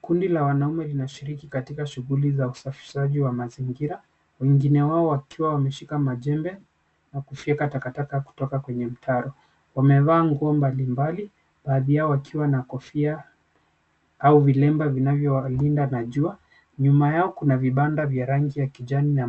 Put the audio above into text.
Kundi la wanaume linashiriki katika shughuli za usafishaji wa mazingira wengine wao wakiwa wameshika majembe na kufyeka takataka kwenye mtaro. Wamevaa nguo mbalimbali wengine wao wakiwa na kofia au vilemba vinavyowalinda na jua, Nyuma yao kuna vibanda vya rangi ya kijani na